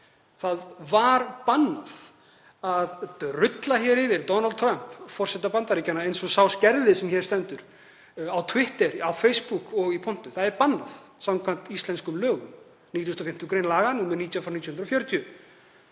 Það var bannað að drulla hér yfir Donald Trump, forseta Bandaríkjanna, eins og sá gerði sem hér stendur; á Twitter, á Facebook og í pontu. Það er bannað samkvæmt íslenskum lögum, 95. gr. laga nr. 19/1940,